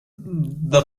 the